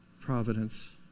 providence